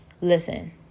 Listen